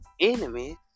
enemies